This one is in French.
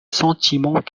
sentiment